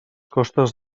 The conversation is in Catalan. costes